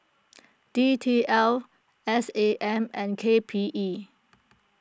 D T L S A M and K P E